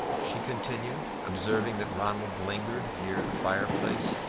she continued, observing that ronald lingered near the fire-place.